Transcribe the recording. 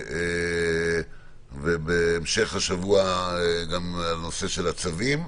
ובהמשך השבוע - נושא הצווים.